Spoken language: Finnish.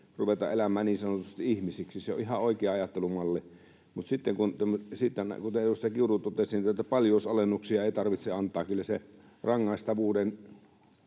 ruveta elämään niin sanotusti ihmisiksi. Se on ihan oikea ajattelumalli. Mutta sitten, kuten edustaja Kiuru totesi, näitä paljousalennuksia ei tarvitse antaa. Kyllä sen rangaistavuuden